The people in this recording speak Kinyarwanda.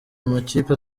amakipe